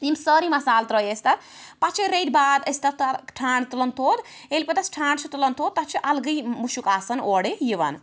یم سٲری مَصالہٕ ترٛٲی اسہِ تتھ پَتہٕ چھِ ریٚتۍ بعد أسۍ تتھ ٹھانٛڈ تُلان تھوٚد ییٚلہِ پَتہٕ أسۍ ٹھانٛڈ چھِ تُلان تھوٚد تتھ چھُ الگٕے مشُک آسان اورٕ یِوان